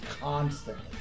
constantly